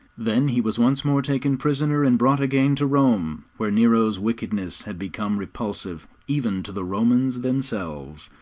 then he was once more taken prisoner and brought again to rome, where nero's wickedness had become repulsive even to the romans themselves,